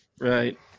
Right